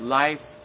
life